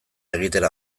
egitera